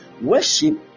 Worship